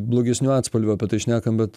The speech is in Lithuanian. blogesniu atspalviu apie tai šnekam bet